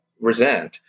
resent